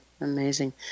amazing